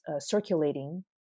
circulating